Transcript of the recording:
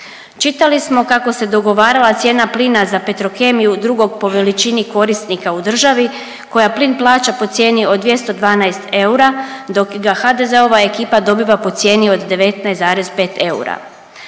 Čitali smo kako se dogovarala cijena plina za Petrokemiju, drugog po veličini korisnika u državi koja plin plaća po cijeni od 212 eura dok ga HDZ-ova ekipa dobiva po cijeni od 19,5 eura